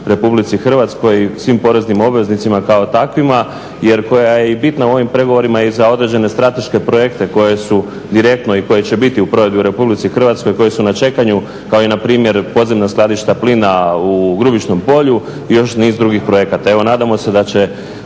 Republici Hrvatskoj, svim poreznim obveznicima kao takvima jer koja je i bitna u ovim pregovorima i za određene strateške projekte koji su direktno i koje će biti u provedbi u Republici Hrvatskoj, koje su na čekanju kao i npr. podzemna skladišta plina u Grubišnom polju i još niz drugih projekata. Evo nadamo se da će